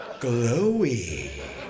glowy